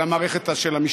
על המערכת של המשטרה,